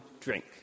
drink